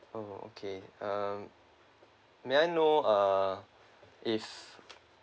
oh okay um may I know uh if